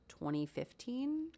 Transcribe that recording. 2015